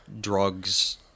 drugs